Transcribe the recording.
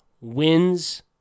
wins